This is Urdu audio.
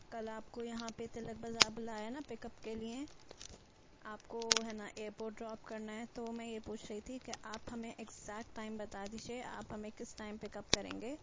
کل آپ کو یہاں پہ تلک بازار بلایا نا پک اپ کے لئے آپ کو ہے نا ائیر پورٹ ڈراپ کرنا ہے تو میں یہ پوچھ رہی تھی کہ آپ ہمیں ایکزیٹ ٹائم بتا دیجئے آپ ہمیں کس ٹائم پک اپ کریں گے